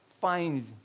find